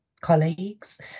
colleagues